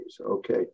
Okay